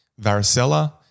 varicella